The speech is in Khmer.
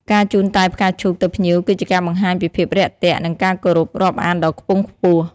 ការជូនតែផ្កាឈូកទៅភ្ញៀវគឺជាការបង្ហាញពីភាពរាក់ទាក់ និងការគោរពរាប់អានដ៏ខ្ពង់ខ្ពស់។